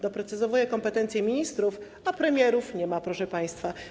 Doprecyzowuje kompetencje ministrów, a premierów nie ma, proszę państwa.